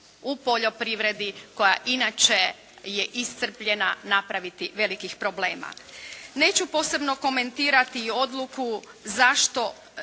u poljporivredi koja inače je iscrpljena napraviti velikih problema. Neću posebno komentirati odluku zašto